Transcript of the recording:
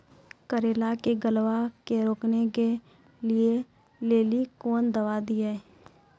करेला के गलवा के रोकने के लिए ली कौन दवा दिया?